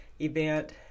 event